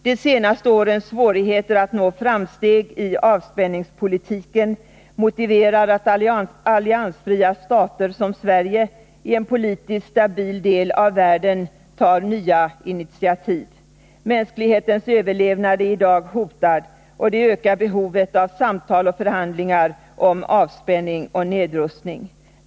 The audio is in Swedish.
De senaste årens svårigheter att nå framsteg i avspänningspolitiken motiverar att alliansfria stater, som Sverige, i en politiskt stabil del av världen tar nya initiativ. Mänsklighetens överlevnad är i dag hotad, och det ökar behovet av samtal och förhandlingar om avspänning och nedrustning.